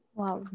Wow